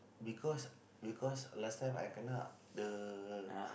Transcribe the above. because because last time I kena the